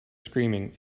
screaming